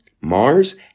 Mars